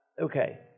Okay